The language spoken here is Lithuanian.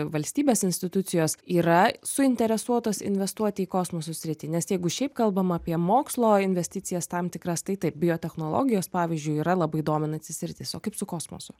valstybės institucijos yra suinteresuotos investuoti į kosmoso sritį nes jeigu šiaip kalbama apie mokslo investicijas tam tikras tai taip biotechnologijos pavyzdžiui yra labai dominanti sritis o kaip su kosmosu